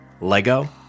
Lego